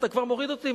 אתה כבר מוריד אותי,